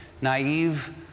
naive